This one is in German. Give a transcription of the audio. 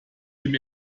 dem